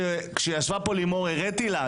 וכשישבה פה לימור הראיתי לה,